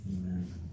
Amen